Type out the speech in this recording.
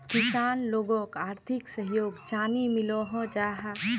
किसान लोगोक आर्थिक सहयोग चाँ नी मिलोहो जाहा?